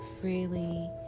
freely